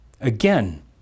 again